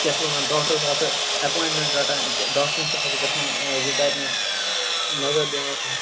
کیاہ چھِ وَنان ڈاکٹَرس آس ژٕ ایپواینٹمٮ۪نٹ رَٹان ڈاکٹَرس نِش آس گَژھان یہِ کَرنہِ نظر دِیاو ناونہِ